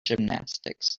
gymnastics